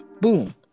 boom